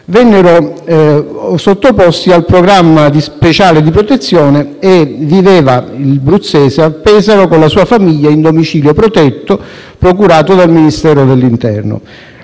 venne sottoposto a un programma speciale di protezione. Marcello Bruzzese viveva a Pesaro con la sua famiglia in domicilio protetto, procurato dal Ministero dell'interno.